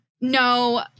No